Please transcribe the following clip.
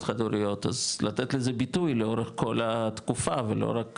חד-הוריות אז לתת לזה ביטוי לאורך כל התקופה ולא רק,